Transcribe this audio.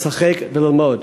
לשחק וללמוד,